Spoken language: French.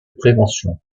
prévention